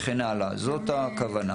זאת הכוונה.